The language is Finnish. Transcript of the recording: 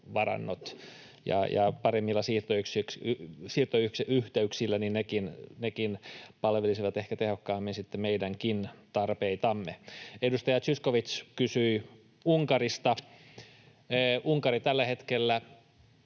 paremmilla siirtoyhteyksillä nekin palvelisivat sitten ehkä tehokkaammin meidänkin tarpeitamme. Edustaja Zyskowicz kysyi Unkarista. Tällä hetkellä